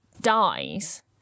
dies